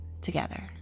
together